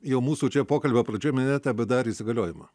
jau mūsų čia pokalbio pradžioj minėtą bėdar įsigaliojimą